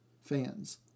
fans